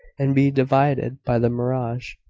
and be deluded by the mirage,